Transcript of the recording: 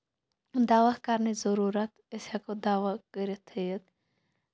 دَوا کرنٕچ ضٔروٗرت أسۍ ہٮ۪کو دوا کٔرِتھ تھٲوِتھ